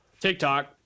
TikTok